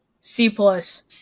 C-plus